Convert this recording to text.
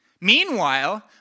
Meanwhile